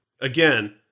Again